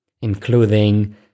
including